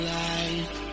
life